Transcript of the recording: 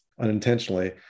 unintentionally